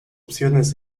opciones